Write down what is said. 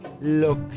Look